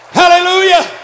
hallelujah